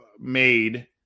made